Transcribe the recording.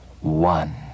One